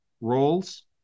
roles